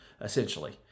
essentially